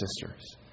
sisters